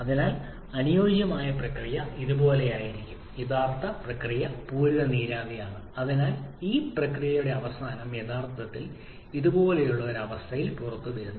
അതിനാൽ അനുയോജ്യമായ പ്രക്രിയ ഇതുപോലെയായിരിക്കും യഥാർത്ഥ പ്രക്രിയ പൂരിത നീരാവി ആണ് അതായത് ഈ പ്രക്രിയയുടെ അവസാനം യഥാർത്ഥത്തിൽ ഇത് ഇതുപോലുള്ള ഒരു അവസ്ഥയിൽ പുറത്തുവരുന്നു